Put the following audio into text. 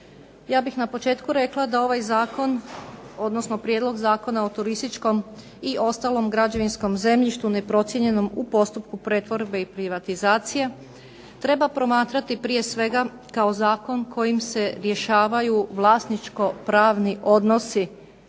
ja bih na početku rekla da ovaj zakon odnosno Prijedlog zakona o turističkom i ostalom građevinskom zemljištu neprocijenjenom u postupku pretvorbe i privatizacije treba promatrati prije svega kao zakon kojim se rješavaju vlasničko-pravni odnosi